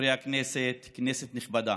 חברי הכנסת, כנסת נכבדה,